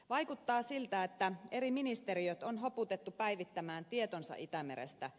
vaikuttaa siltä että eri ministeriöt on hoputettu päivittämään tietonsa itämerestä